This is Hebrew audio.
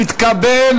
נתקבל